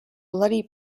bloody